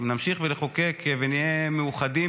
נמשיך לחוקק ונהיה מאוחדים,